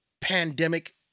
pandemic